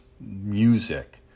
music